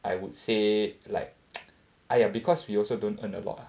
I would say like !aiya! because we also don't earn a lot ah